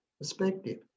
perspective